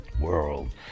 world